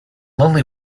lonely